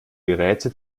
geräte